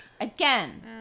Again